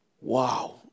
Wow